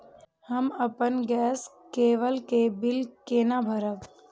हम अपन गैस केवल के बिल केना भरब?